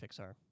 Pixar